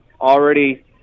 already